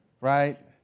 right